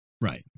right